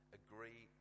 agree